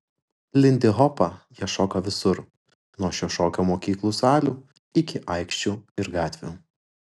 lindihopą jie šoka visur nuo šio šokio mokyklų salių iki aikščių ir gatvių